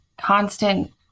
constant